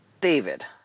David